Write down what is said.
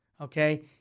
okay